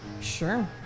Sure